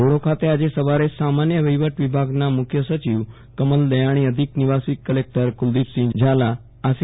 ધોરડો ખાતે આજે સવારે સામાન્ય વહિવટ વિભાગના મુખ્ય સચિવ કમલ દયાણીઅધિક નિવાસી કલેક્ટર કુલદિપસિંહ ઝાલાઆસી